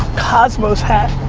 cosmos hat,